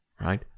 right